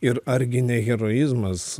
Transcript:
ir argi ne heroizmas